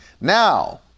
now